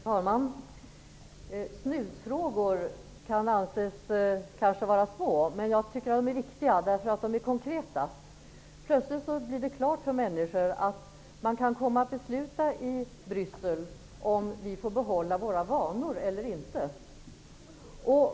Herr talman! Snusfrågor kan kanske anses vara små, men jag tycker att de är viktiga därför att de är konkreta. Plötsligt blir det klart för människor att man kan komma att besluta i Bryssel om vi får behålla våra vanor eller inte.